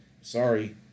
Sorry